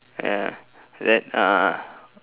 ya that uh